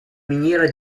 miniera